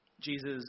Jesus